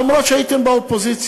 למרות העובדה שהייתם באופוזיציה,